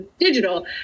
digital